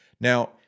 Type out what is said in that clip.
Now